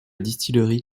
distillerie